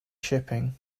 shipping